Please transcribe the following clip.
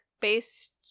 based